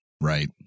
right